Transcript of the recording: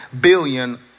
billion